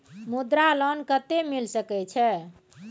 मुद्रा लोन कत्ते मिल सके छै?